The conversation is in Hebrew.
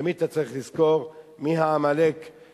תמיד אתה צריך לזכור מי העמלק תודה רבה.